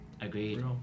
Agreed